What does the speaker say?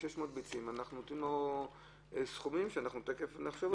ביצים על אותו אחד אנחנו נותנים סכומים שתיכף נחשוב עליהם.